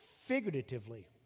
figuratively